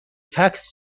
فکس